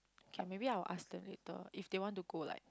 okay maybe I will ask them later if they want to go like